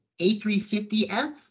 A350F